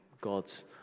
God's